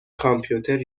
کامپیوتر